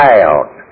out